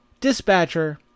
dispatcher